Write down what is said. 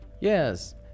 Yes